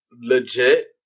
legit